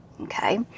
Okay